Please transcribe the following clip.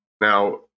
now